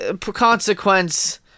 consequence